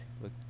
look